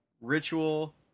Ritual